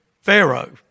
Pharaoh